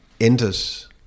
enters